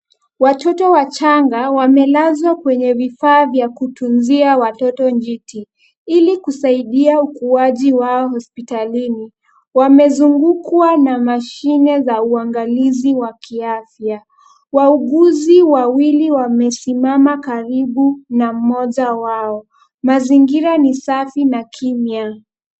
Watoto wachanga wamelazwa kwenye vifaa vya kutunzia watoto njiti. Ili kusaidia ukuaji wao hospitalini, wamezungukwa na mashine za uangalizi wa kiafya. Wauguzi wawili wamesimama karibu na mmoja wao. Mazingira ni safi na kimya.